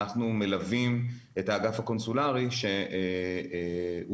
אנחנו מלווים את האגף הקונסולרי שהוא בעצם